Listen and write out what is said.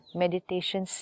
meditation